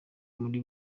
muri